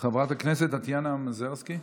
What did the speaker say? חברת הכנסת טטיאנה מַזֵרסקי.